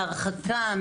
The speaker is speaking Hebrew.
מהרחקה,